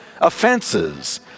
offenses